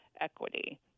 equity